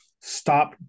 stop